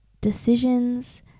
decisions